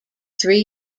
three